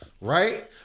right